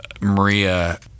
Maria